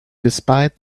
despite